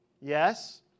Yes